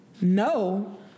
No